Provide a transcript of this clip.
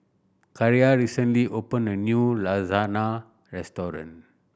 Kiarra recently opened a new Lasagna Restaurant